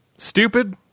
Stupid